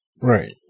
Right